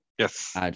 Yes